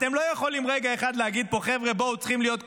אתם לא יכולים רגע אחד להגיד פה: חבר'ה, בואו,